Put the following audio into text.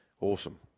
Awesome